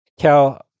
Cal